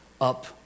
up